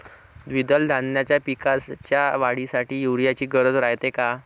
द्विदल धान्याच्या पिकाच्या वाढीसाठी यूरिया ची गरज रायते का?